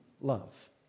love